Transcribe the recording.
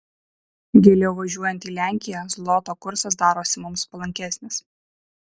giliau važiuojant į lenkiją zloto kursas darosi mums palankesnis